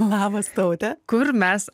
labas taute kur mes